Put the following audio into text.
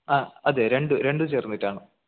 ആ അതെ രണ്ടും രണ്ടും ചേർന്നിട്ടാണ്